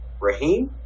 Raheem